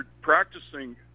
practicing